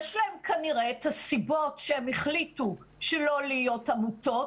יש להם כנראה את הסיבות שהם החליטו שלא להיות עמותות,